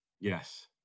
Yes